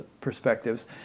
perspectives